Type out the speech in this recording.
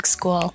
School